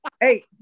Hey